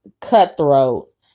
cutthroat